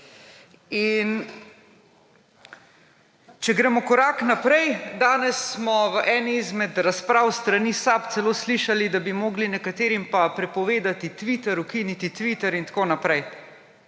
Če gremo korak naprej, danes smo v eni izmed razprav s strani SAB celo slišali, da bi morali nekaterim pa prepovedati Twitter, ukiniti Twitter in tako naprej.